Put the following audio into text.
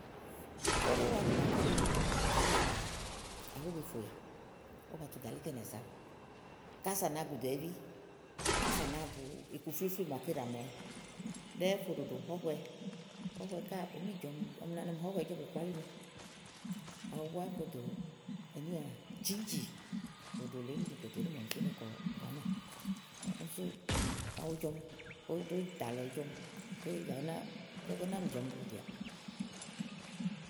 óɖo úwaanì màaké ɖi Gàánà maa aɖu owo be fè úyà aɖu ówó ba tu gàlí kɛ̀nìà sa kása à nàáa gu dùúɛví, kása à nàáa gu iku flíflí màké ɖàa mlawɛ ɖɛ́ɛ́ fò ɖòɖò hɔ̀huɛ hɔ̀huɛ kàá ùú mi jɔ̀ɔmi ɔmi na nɔ ni hɔ̀huɛ ɛ̀ɛ́ jɔ blù kpálíme awu búá fò dò jìínjì òɖò lèe kínì kòtè ɖí màa ɔmi fínɛ̀ kɔ Gàánà úni sú awu ùú jɔ, óɖo íìntã lɔ ɔ̀ɔ́ jɔ èé à náa Tógó mi jɔɔmi blù bìàà.